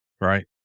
right